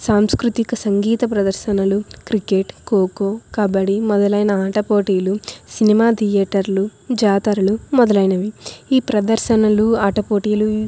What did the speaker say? సాంస్కృతిక సంగీత ప్రదర్శనలు క్రికెట్ ఖోఖో కబడ్డీ మొదలైన ఆట పోటీలు సినిమా థియేటర్లు జాతరలు మొదలైనవి ఈ ప్రదర్శనలు ఆట పోటీలు